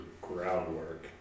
groundwork